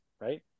right